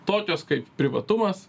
tokios kaip privatumas